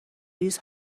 ریز